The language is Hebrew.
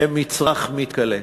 הם מצרך מתכלה.